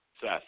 Seth